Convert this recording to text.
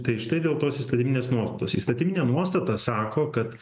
tai štai dėl tos įstatyminės nuostatos įstatyminė nuostata sako kad